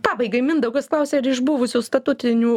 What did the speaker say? pabaigai mindaugas klausia ar iš buvusių statutinių